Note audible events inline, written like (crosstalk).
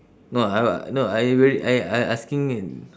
no I (noise) no I very I I I asking it